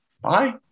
bye